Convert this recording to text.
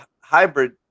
hybrid